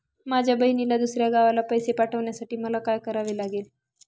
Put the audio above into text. माझ्या बहिणीला दुसऱ्या गावाला पैसे पाठवण्यासाठी मला काय करावे लागेल?